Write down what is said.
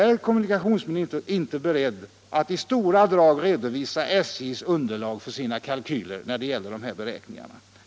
Är kommunikationsministern inte beredd att i stora drag redovisa underlaget för SJ:s kalkyler när det gäller dessa beräkningar?